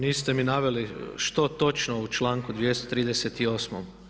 Niste mi navele što točno u članku 238.